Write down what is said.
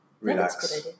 relax